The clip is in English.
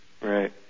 Right